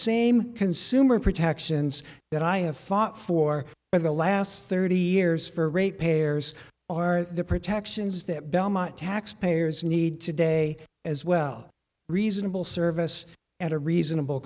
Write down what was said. same consumer pretty actions that i have fought for for the last thirty years for rate payers are the protections that belmont taxpayers need today as well reasonable service at a reasonable